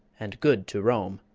and good to rome.